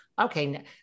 okay